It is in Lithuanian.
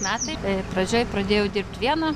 metai pradžioj pradėjau dirbti viena